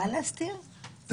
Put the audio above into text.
זה